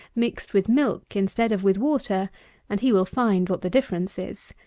mixed with milk instead of with water and he will find what the difference is.